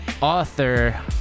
author